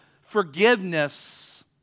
forgiveness